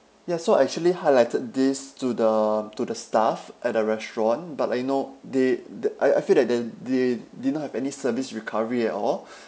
ya so I actually highlighted this to the to the staff at the restaurant but like you know they the~ I I feel that the~ they did not have any service recovery at all